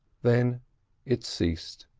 then it ceased.